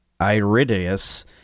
iridius